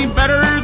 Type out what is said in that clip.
better